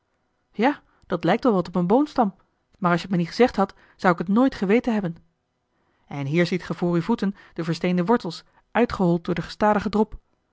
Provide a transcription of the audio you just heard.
ja dat lijkt wel wat op een boomstam maar als je het mij niet gezegd hadt zou ik het nooit geweten hebben en hier ziet ge voor uwe voeten de versteende wortels uitgehold door den gestadigen drop